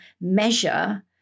measure